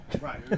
Right